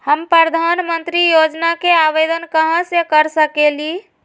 हम प्रधानमंत्री योजना के आवेदन कहा से कर सकेली?